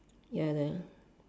ya then